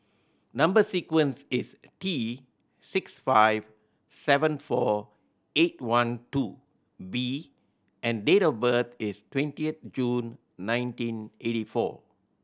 number sequence is T six five seven four eight one two B and date of birth is twentieth June nineteen eighty four